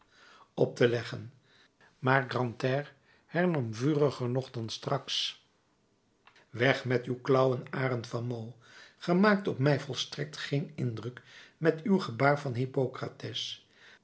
op te leggen maar grantaire hernam vuriger nog dan straks weg met uw klauwen arend van meaux ge maakt op mij volstrekt geen indruk met uw gebaar van